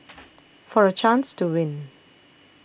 for a chance to win